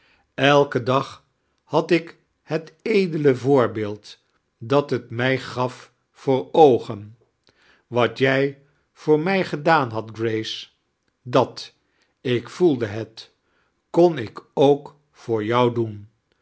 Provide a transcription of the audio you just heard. elken dag had ik het edele voorbeeld dat het mij gaf voor oogen wat jij voor mij gedaam hadt grace dat ik voedde het kon ik ook voor jou doen